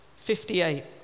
58